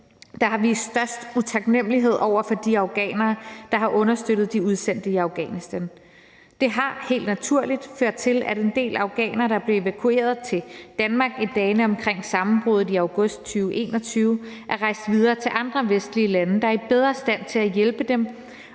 der har vist størst utaknemlighed over for de afghanere, der har understøttet de udsendte i Afghanistan. Det har helt naturligt ført til, at en del afghanere, der blev evakueret til Danmark i dagene omkring sammenbruddet i august 2021, er rejst videre til andre vestlige lande, der er bedre i stand til at hjælpe dem